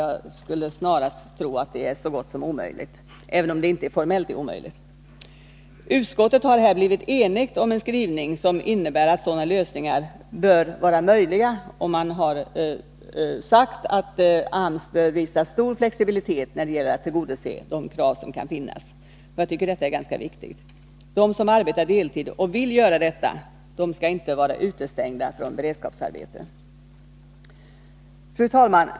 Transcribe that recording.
Jag skulle snarast tro att det är så gott som omöjligt, även om det formellt inte är omöjligt. Utskottet har här blivit enigt om en skrivning som innebär att sådana lösningar bör vara möjliga. Man har sagt att AMS bör visa stor flexibilitet när det gäller att tillgodose de krav som möjligen finns. Jag tycker att detta är viktigt. De som arbetar deltid — och vill göra detta — skall inte vara utestängda från beredskapsarbeten. Fru talman!